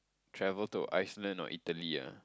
travel to Iceland or Italy ah